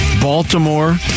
Baltimore